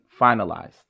finalized